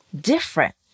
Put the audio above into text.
different